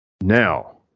Now